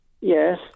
Yes